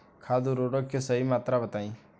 खाद उर्वरक के सही मात्रा बताई?